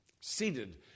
seated